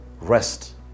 rest